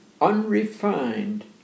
unrefined